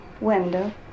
window